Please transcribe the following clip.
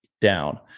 down